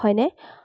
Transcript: হয়নে